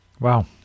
Wow